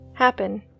happen